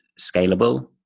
scalable